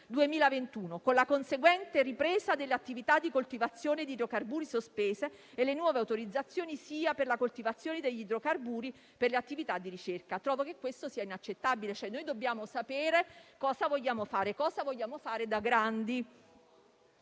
2021, con la conseguente ripresa delle attività di coltivazione di idrocarburi sospese e le nuove autorizzazioni, sia per la coltivazione degli idrocarburi, sia per le attività di ricerca. Trovo che questo sia inaccettabile. Noi dobbiamo sapere cosa vogliamo fare da grandi.